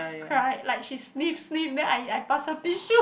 cry like she sniff sniff then I I pass her tissue